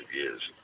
years